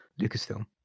Lucasfilm